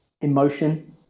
emotion